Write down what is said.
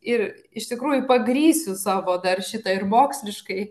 ir iš tikrųjų pagrįsiu savo dar šitą ir moksliškai